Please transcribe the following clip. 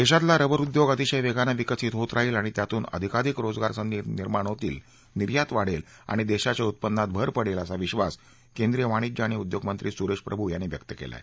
देशातला रबर उद्योग अतिशय वेगानं विकसित होत राहील आणि त्यातून अधिकाधिक रोजगार संधी निर्माण होतील निर्यात वाढेल आणि देशाच्या उत्पन्नात भर पडेल असा विबास केंद्रीय वाणीज्य आणि उद्योग मंत्री सुरेश प्रभू यांनी व्यक्त केला आहे